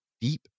deep